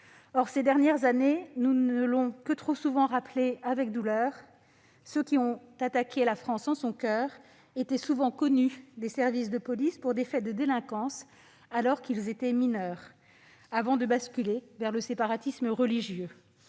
Ces dernières années nous l'ont trop souvent douloureusement rappelé, ceux qui ont attaqué la France en son coeur étaient souvent connus des services de police pour des faits de délinquance alors qu'ils étaient mineurs, avant de basculer dans le séparatisme religieux.